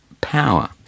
power